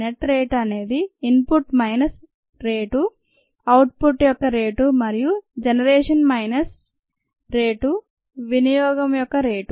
net rate అనేది input minus rate output యొక్క rate మరియు జనరేషన్ మైనస్ రేటు వినియోగం యొక్క రేటు